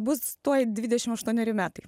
bus tuoj dvidešim aštuoneri metai